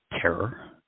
terror